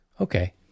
Okay